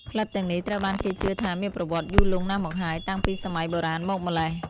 ផ្លិតទាំងនេះត្រូវបានគេជឿថាមានប្រវត្តិយូរលង់ណាស់មកហើយ តាំងពីសម័យបុរាណមកម្ល៉េះ។